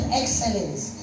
excellence